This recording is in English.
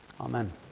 Amen